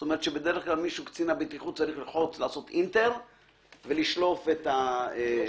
בדרך כלל קצין הבטיחות צריך ללחוץ אנטר ולשלוף את הרשימה.